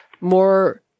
more